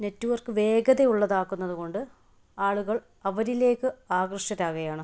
network വേഗത ഉള്ളതാക്കുന്നത് കൊണ്ട് ആളുകൾ അവരിലേക്ക് ആകൃഷ്ടരാവുകയാണ്